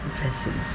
blessings